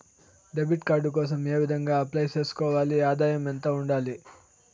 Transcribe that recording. Debit card కోసం ఏ విధంగా అప్లై సేసుకోవాలి? ఆదాయం ఎంత ఉండాలి?